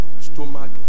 stomach